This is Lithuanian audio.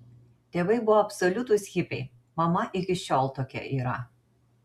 tėvai buvo absoliutūs hipiai mama iki šiol tokia yra